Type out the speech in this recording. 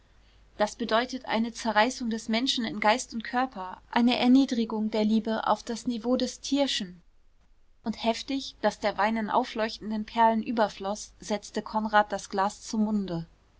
das bedeutet eine zerreißung des menschen in geist und körper eine erniedrigung der liebe auf das niveau des tierschen und heftig daß der wein in aufleuchtenden perlen überfloß setzte konrad das glas zum munde